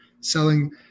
selling